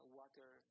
water